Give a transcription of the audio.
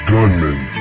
Gunman